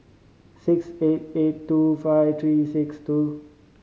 six eight eight two five three six two